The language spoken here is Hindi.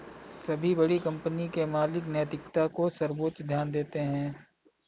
सभी बड़ी कंपनी के मालिक नैतिकता को सर्वोच्च स्थान देते हैं